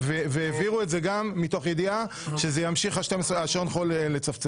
12 שנה עברו והעבירו את זה גם מתוך ידיעה שימשיך שעון החול לצפצף.